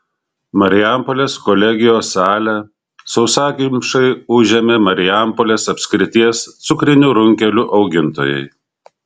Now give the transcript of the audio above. marijampolės kolegijos salę sausakimšai užėmė marijampolės apskrities cukrinių runkelių augintojai